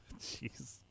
Jeez